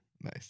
Nice